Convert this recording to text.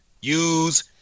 use